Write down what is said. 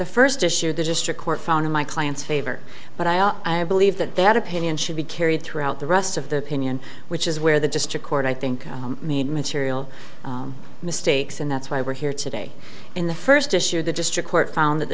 the first issue the district court found in my client's favor but i r i believe that that opinion should be carried throughout the rest of the opinion which is where the district court i think made material mistakes and that's why we're here today in the first issue the district court found that